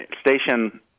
station